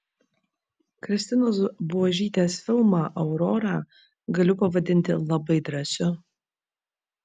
kristinos buožytės filmą aurora galiu pavadinti labai drąsiu